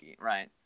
right